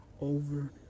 over